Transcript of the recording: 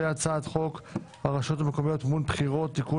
וכן הצעת חוק הרשויות המקומיות (מימון בחירות) (תיקון